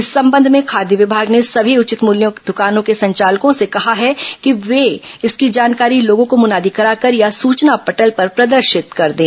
इस संबंध में खाद्य विमाग ने सभी उचित मूल्य दुकानों के संचालकों से कहा है कि वे इसकी जानकारी लोगों को मुनादी कराकर या सूचना पटल पर प्रदर्शित कर दें